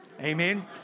Amen